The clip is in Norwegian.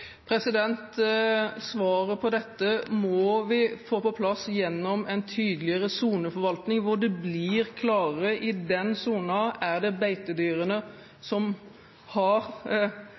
Svaret på dette må vi få på plass gjennom en tydeligere soneforvaltning, hvor det blir klarere at i den sonen er det beitedyrene som har